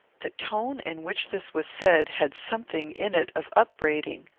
the tone in which this was said had something in it of upbraiding.